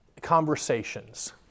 conversations